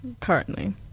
currently